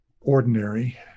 ordinary